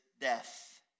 death